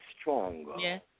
Stronger